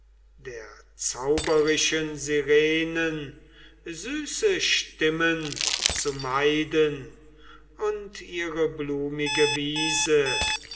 der zauberischen sirenen süße stimme zu meiden und ihre blumige wiese